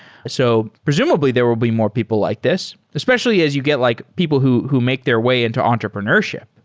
so presumably there will be more people like this, especially as you get like people who who make their way into entrepreneurship.